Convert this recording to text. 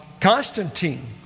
Constantine